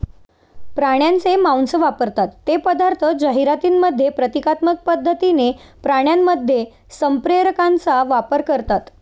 प्राण्यांचे मांस वापरतात ते पदार्थ जाहिरातींमध्ये प्रतिकात्मक पद्धतीने प्राण्यांमध्ये संप्रेरकांचा वापर करतात